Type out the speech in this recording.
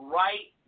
right